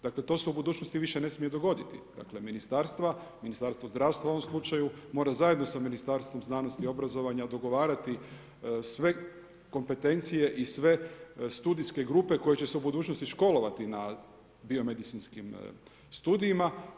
Dakle to se u budućnosti više ne smije dogoditi, dakle Ministarstvo zdravstva u ovom slučaju mora zajedno sa Ministarstvom znanosti i obrazovanja dogovarati sve kompetencije i sve studijske grupe koje će se u budućnosti školovati na biomedicinskim studijima.